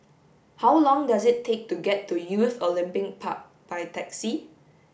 how long does it take to get to Youth Olympic Park by taxi